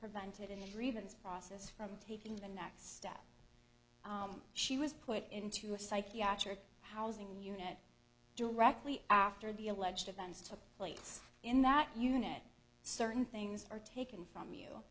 grievance process from taking the next step she was put into a psychiatric housing unit directly after the alleged events took place in that unit certain things are taken from you